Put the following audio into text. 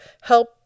help